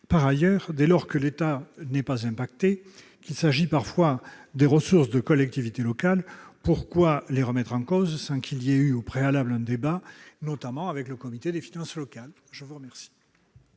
Par ailleurs, dès lors que l'État n'est pas impacté et qu'il s'agit parfois de ressources des collectivités locales, pourquoi les remettre en cause alors qu'aucun débat, notamment avec le Comité des finances locales, n'a eu lieu